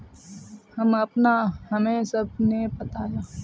हमें सबके न पता मिट्टी के प्रकार के बारे में?